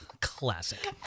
Classic